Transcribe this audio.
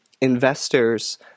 investors